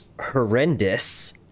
horrendous